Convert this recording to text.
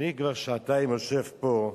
אני כבר שעתיים יושב פה,